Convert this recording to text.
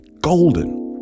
golden